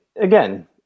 again